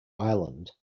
island